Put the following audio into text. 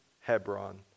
Hebron